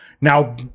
Now